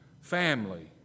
family